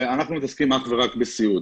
אנחנו מתעסקים אך ורק בסיעוד.